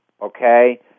okay